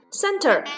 center